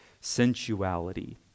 sensuality